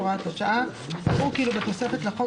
יראו כאילו בתוספת לחוק,